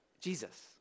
Jesus